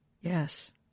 Yes